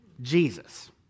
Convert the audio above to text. Jesus